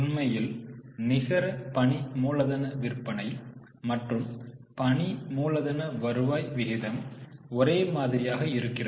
உண்மையில் நிகர பணி மூலதனம் விற்பனை மற்றும் பணி மூலதன வருவாய் விகிதம் ஒரே மாதிரியாக இருக்கிறது